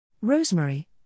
Rosemary